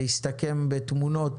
זה הסתכם בתמונות